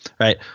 right